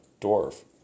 dwarf